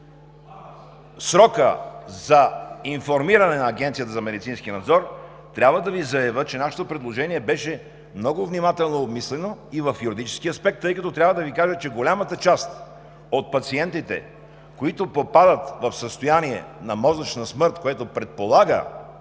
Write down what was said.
срока за информиране на Агенцията за медицински надзор трябва да Ви заявя, че нашето предложение беше много внимателно обмислено и в юридически аспект, тъй като трябва да Ви кажа, че голямата част от пациентите, които попадат в състояние на мозъчна смърт, което предполага